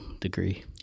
degree